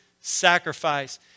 sacrifice